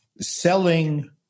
selling